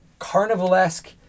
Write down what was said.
carnivalesque